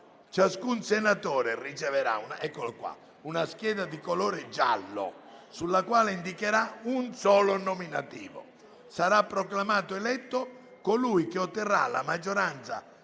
ciascun senatore riceverà una scheda di colore giallo, sulla quale indicherà un solo nominativo. Sarà proclamato eletto colui che otterrà la maggioranza